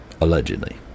allegedly